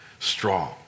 Strong